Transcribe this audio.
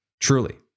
Truly